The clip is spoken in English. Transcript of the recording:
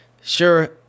sure